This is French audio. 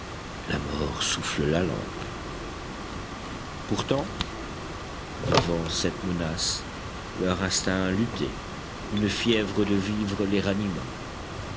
la mort souffle la lampe pourtant devant cette menace leur instinct luttait une fièvre de vivre les ranima